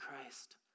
Christ